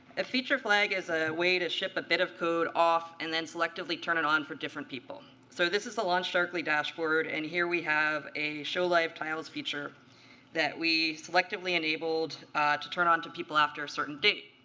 a feature flag is a way to ship a bit of code off and then selectively turn it on for different people. so this is the launchdarkly dashboard, and here, we have a show live tiles feature that we selectively enabled to turn on to people after a certain date.